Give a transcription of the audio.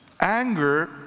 Anger